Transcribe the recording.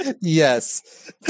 yes